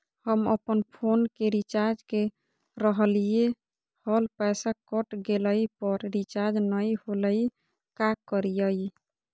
हम अपन फोन के रिचार्ज के रहलिय हल, पैसा कट गेलई, पर रिचार्ज नई होलई, का करियई?